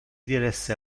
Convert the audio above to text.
diresse